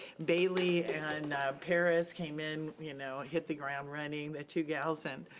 bailey and paris came in, you know hit the ground running, the two gals, and